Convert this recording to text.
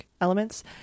elements